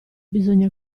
bisogna